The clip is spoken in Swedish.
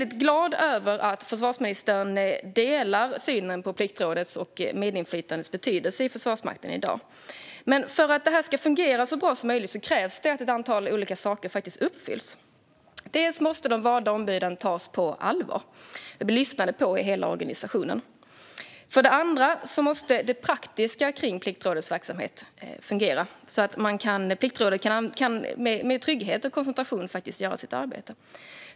Jag är glad över att försvarsministern delar synen på Pliktrådets och medinflytandets betydelse i Försvarsmakten i dag. För att det ska fungera så bra som möjligt krävs dock att ett antal saker uppfylls. För det första måste de valda ombuden tas på allvar och bli lyssnade på i hela organisationen. För det andra måste det praktiska kring Pliktrådets verksamhet fungera, så att rådet med trygghet och koncentration kan göra sitt arbete.